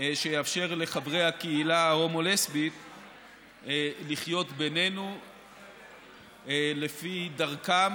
שיאפשר לחברי הקהילה ההומו-לסבית לחיות בינינו לפי דרכם,